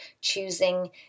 choosing